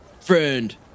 friend